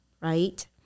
right